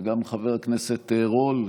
וגם חבר הכנסת רול,